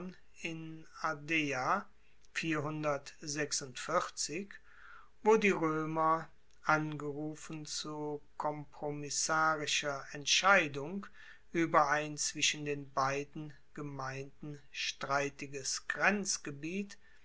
in ardea wo die roemer angerufen zu kompromissarischer entscheidung ueber ein zwischen den beiden gemeinden streitiges